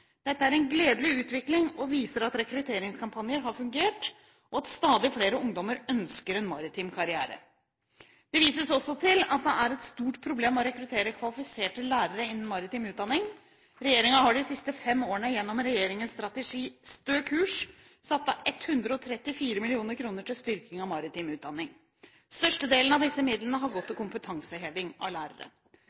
Dette er en gledelig utvikling og viser at rekrutteringskampanjer har fungert, og at stadig flere ungdommer ønsker en maritim karriere. Det vises også til at det er et stort problem å rekruttere kvalifiserte lærere innen maritim utdanning. Regjeringen har de siste fem årene gjennom sin strategi Stø kurs satt av 134 mill. kr til styrking av maritim utdanning. Størstedelen av disse midlene har gått til kompetanseheving av lærere.